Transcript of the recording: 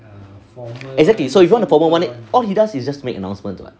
exactly so if you want a formal one then all he does is just make announcements [what]